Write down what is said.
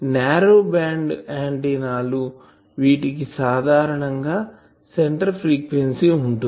narrow band ఆంటెన్నాలు వీటికి సాధారణం గా సెంటర్ ఫ్రీక్వెన్సీ ఉంటుంది